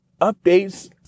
updates